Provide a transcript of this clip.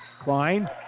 Klein